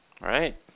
right